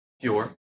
pure